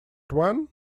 one